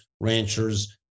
ranchers